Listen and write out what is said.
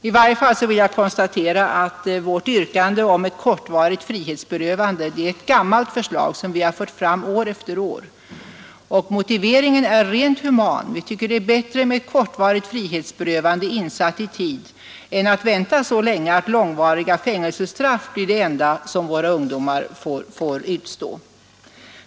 I varje fall konstaterar jag att vårt yrkande om ett kortvarigt frihetsberövande är ett gammalt förslag som vi har fört fram år efter år och att motiveringen för det förslaget är rent human. Vi tycker nämligen det är bättre med ett kortvarigt frihetsberövande, insatt i tid, än att vänta så länge att långvariga fängelsestraff blir det enda alternativet för ungdomsbrottslingarna.